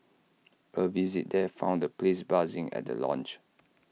A visit there found the place buzzing at the launch